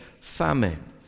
famine